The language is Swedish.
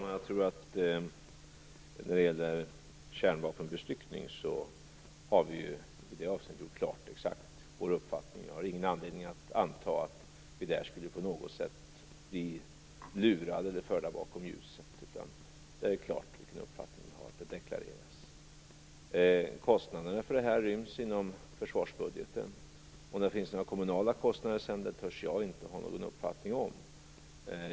Fru talman! När det gäller kärnvapenbestyckning har vi gjort vår exakta uppfattning klar. Jag har ingen anledning att anta att vi på något sätt skulle bli lurade eller förda bakom ljuset i det avseendet. Det deklareras klart vilken uppfattning vi har. Kostnaderna för övningen ryms inom försvarsbudgeten. Om det finns några kommunala kostnader törs jag inte ha någon uppfattning om.